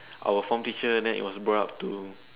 our former teacher then it was brought up to